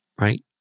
right